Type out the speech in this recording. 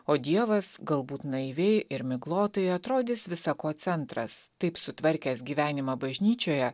o dievas galbūt naiviai ir miglotai atrodys visa ko centras taip sutvarkęs gyvenimą bažnyčioje